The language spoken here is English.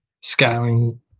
scaling